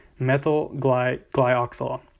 methylglyoxal